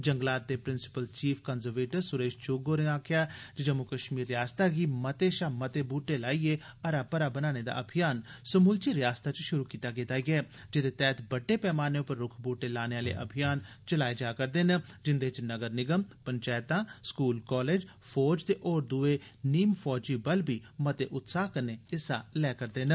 जंगलात दे principal chief conservator Suresh Chugh होरें आक्खेया जे जम्मू कश्मीर रियासतै हा मते शा मते बूहटे लाइयै हरा भरा बनाने दा अभियान समूलची रियासतै च शुरु कीता गेदा ऐ जेदे तैहत बड्डे पैमाने पर रुख बूहटे लाने लेई अभियान चलाए जा करदे न जिन्दे च नगर निगम पंचैतां स्कूल कालजे फौज ते होर दुए नीम फौजी बल बी मते उत्साह कन्नै हिस्सा लै करदे न